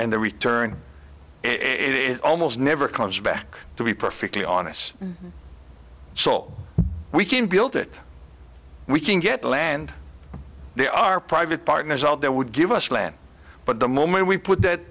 and the return it is almost never comes back to be perfectly honest so we can build it we can get the land they are private partners all that would give us land but the moment we put that